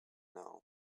now